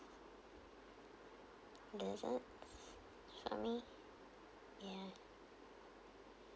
lizards for me ya